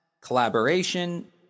collaboration